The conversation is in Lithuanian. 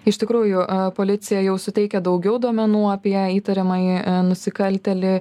iš tikrųjų policija jau suteikia daugiau duomenų apie įtariamąjį nusikaltėlį